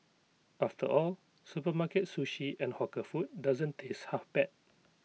after all supermarket sushi and hawker food doesn't taste half bad